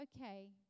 okay